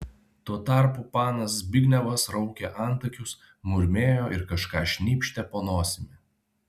tuo tarpu panas zbignevas raukė antakius murmėjo ir kažką šnypštė po nosimi